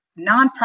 nonprofit